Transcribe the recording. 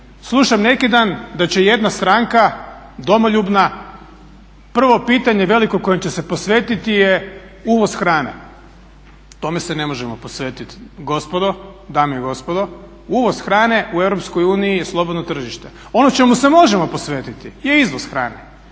Slušam neki dan da će jedna stranka domoljubna prvo pitanje veliko kojem će se posvetiti je uvoz hrane. Tome se ne možemo posvetiti dame i gospodo. Uvoz hrane u EU je slobodno tržište. Ono čemu se možemo posvetiti je izvoz hrane.